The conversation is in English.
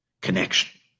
connection